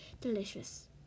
delicious